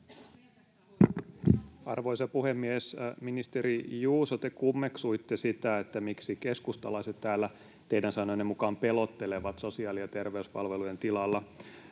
Arvoisa puhemies! Ministeri Juuso, te kummeksuitte sitä, miksi keskustalaiset täällä teidän sanojenne mukaan pelottelevat sosiaali- ja terveyspalvelujen tilalla.